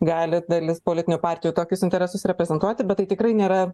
gali dalis politinių partijų tokius interesus reprezentuoti bet tai tikrai nėra